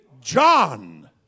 John